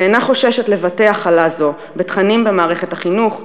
ואינה חוששת לבטא הכלה זו בתכנים במערכת החינוך,